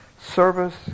service